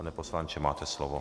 Pane poslanče, máte slovo.